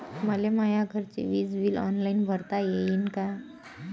मले माया घरचे विज बिल ऑनलाईन भरता येईन का?